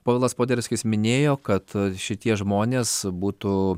povilas poderskis minėjo kad šitie žmonės būtų